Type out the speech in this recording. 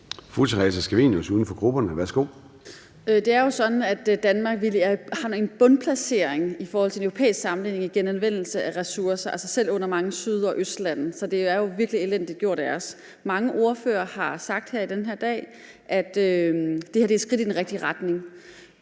Theresa Scavenius (UFG): Det er jo sådan, at Danmark får en bundplacering i en europæisk sammenligning i forhold til genanvendelse af ressourcer, altså at vi ligger under selv mange af de sydlige og østlige lande. Så det er jo virkelig elendigt gjort af os. Mange ordførere har sagt her i dag, at det er et skridt i den rigtige retning.